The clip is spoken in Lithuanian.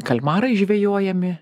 kalmarai žvejojami